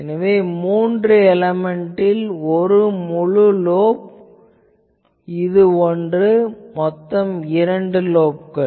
எனவே மூன்று எலேமென்ட்டில் இது ஒரு முழு லோப் இது ஒன்று மொத்தம் இரண்டு லோப்கள்